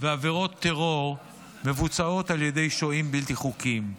ועבירות הטרור מבוצעות על ידי שוהים בלתי חוקיים.